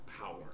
power